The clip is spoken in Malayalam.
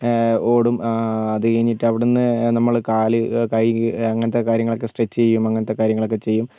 ഓടും അതുകഴിഞ്ഞിട്ട് അവിടെ നിന്ന് നമ്മൾ കാൽ കൈ അങ്ങനത്തെ കാര്യങ്ങളൊക്കെ സ്ട്രെച്ച് ചെയ്യും അങ്ങനത്തെ കാര്യങ്ങളൊക്കെ ചെയ്യും